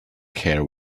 care